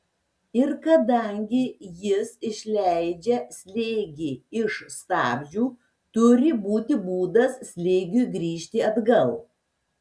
ir kadangi jis išleidžia slėgį iš stabdžių turi būti būdas slėgiui grįžti atgal